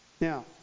Now